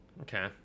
Okay